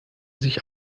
sich